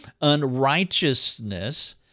unrighteousness